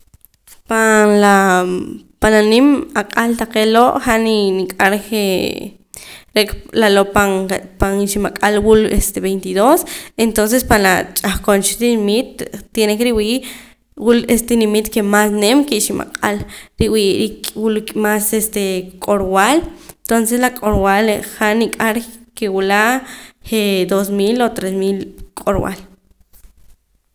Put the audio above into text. Pan laa pan la nim ak'al taqee' loo' han nik'ar jee' re' ka laloo' pan re' pan iximak'al wul este veintidós entonces pan la ch'ahqon cha tinimit tiene ke riwii' wul este tinimit ke mas nim ke iximak'al riwii' k'ih wil mas este q'orb'al tonces la q'orb'al han niq'ar ke wila je' dos mil o tres mil q'orb'al